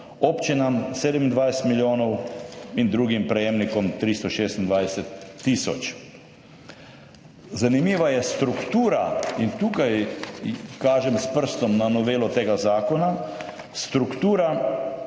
občinam 27 milijonov in drugim prejemnikom 326 tisoč. Zanimiva je struktura, tukaj s prstom kažem na novelo tega zakona, predvsem